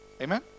Amen